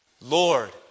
Lord